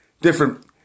different